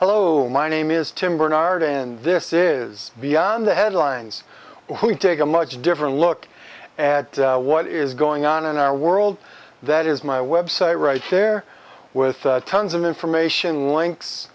hello my name is tim bernard and this is beyond the headlines or who take a much different look at what is going on in our world that is my website right there with tons of information links